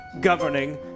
governing